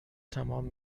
تمام